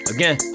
Again